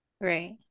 right